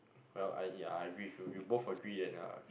well I yeah I agree with you we both agree that uh